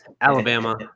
Alabama